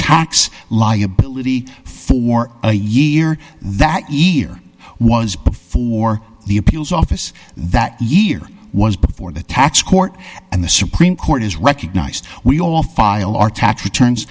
tax liability for a year that each year was before the appeals office that year was before the tax court and the supreme court is recognized we all file our tax returns